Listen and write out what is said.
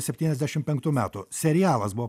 septyniasdešimt penktų metų serialas buvo